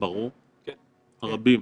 ברור, רבים.